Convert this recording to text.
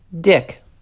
dick